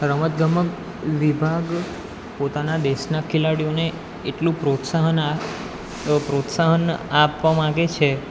રમત ગમત વિભાગ પોતાના દેશના ખેલાડીઓને એટલું પ્રોત્સાહન પ્રોત્સાહન આપવા માગે છે